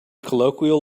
colloquial